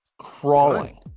crawling